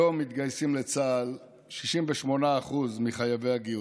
היום מתגייסים לצה"ל 68% מחייבי הגיוס.